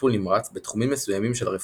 לטיפול נמרץ בתחומים מסוימים של הרפואה.